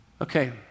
Okay